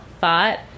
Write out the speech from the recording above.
thought